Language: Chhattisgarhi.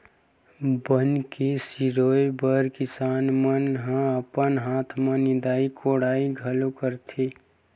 बन के सिरोय बर किसान मन ह अपन हाथ म निंदई कोड़ई घलो करथे